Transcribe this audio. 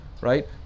right